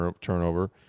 turnover